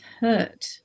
hurt